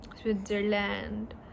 Switzerland